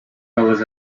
dollars